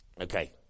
Okay